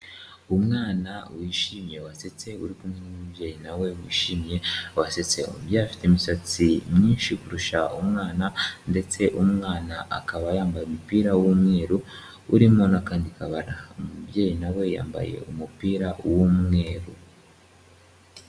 Umwana wishimye wasetse uri kumwe n'umubyeyi na we wishimye wasetse, umubyeyi afite imisatsi myinshi kurusha umwana, ndetse umwana akaba yambaye umupira w'umweru urimo akandi kabara, umubyeyi na we yambaye umupira w'umweru.